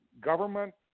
government